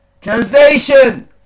Translation